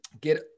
get